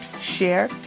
share